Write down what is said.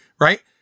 Right